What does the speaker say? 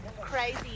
crazy